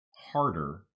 harder